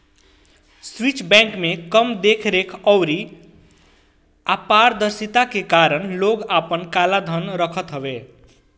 Swiss bank में कम देख रेख अउरी अपारदर्शिता के कारण लोग आपन काला धन रखत हवे